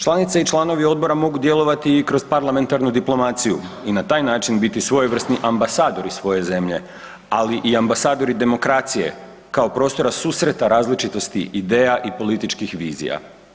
Članice i članovi odbora mogu djelovati i kroz parlamentarnu diplomaciju i na taj način biti svojevrsni ambasadori svoje zemlje, ali i ambasadori demokracije kao prostora susreta različitosti ideja i političkih vizija.